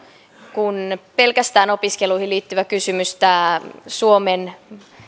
kuin pelkästään opiskeluihin liittyvä kysymys tämä suomen